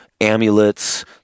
amulets